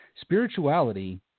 Spirituality